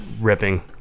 ripping